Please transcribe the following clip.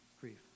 Grief